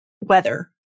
weather